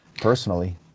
personally